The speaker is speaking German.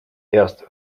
erst